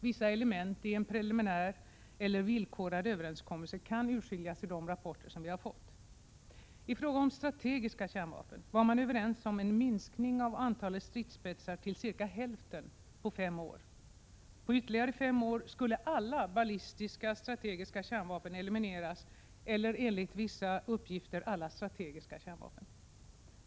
Vissa element i en preliminär eller villkorad överenskommelse kan urskiljas i de rapporter vi fått: I fråga om strategiska kärnvapen var man överens om en minskning av antalet stridsspetsar till cirka hälften på fem år. På ytterligare fem år skulle alla ballistiska strategiska kärnvapen elimineras, eller enligt vissa uppgifter alla strategiska kärnvapen.